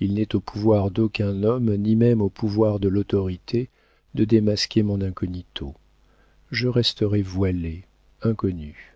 il n'est au pouvoir d'aucun homme ni même au pouvoir de l'autorité de démasquer mon incognito je resterai voilée inconnue